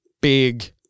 big